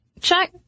check